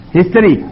History